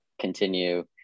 continue